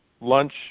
lunch